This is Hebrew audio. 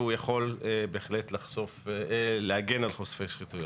והוא יכול בהחלט להגן על חושפי שחיתויות.